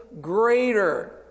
greater